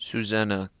Susanna